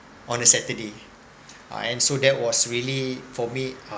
on a saturday uh and so that was really for me